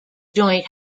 joint